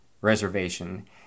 reservation